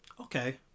Okay